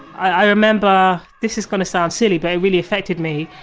i remember, this is going to sound silly but it really affected me.